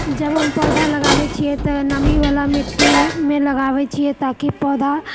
जब हम पौधा लगाबै छिऐ तऽनमीवला मिट्टीमे लगाबै छिऐ ताकि पौधा